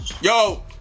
Yo